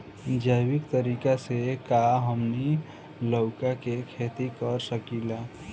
जैविक तरीका से का हमनी लउका के खेती कर सकीला?